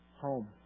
home